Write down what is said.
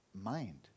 mind